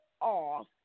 off